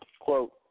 Quote